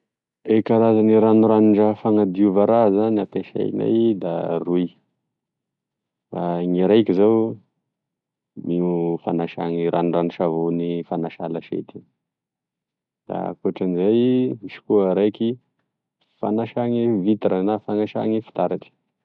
E karazagne ranoranon-draha fanadiovan-draha zany ampesainay da roy gne raiky zao io fanasagne ranorano-savony fanasa lasiety da ankoatran'izay misy koa e raiky fanasagne vitre na fanasagne fitaratry.